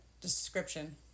description